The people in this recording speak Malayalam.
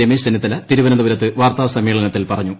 രമേശ്ചെന്നിത്തല തിരുവനന്തപുരത്ത് വാർത്താ സമ്മേളനത്തതിൽ പറഞ്ഞു